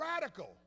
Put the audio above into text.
radical